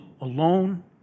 alone